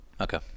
Okay